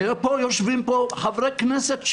ויושבים פה חברי כנסת,